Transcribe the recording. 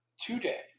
today